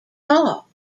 tall